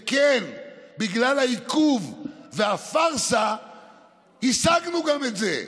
וכן, בגלל העיכוב והפארסה השגנו גם את זה,